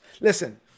Listen